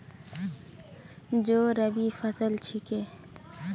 जौ रबी फसल छिके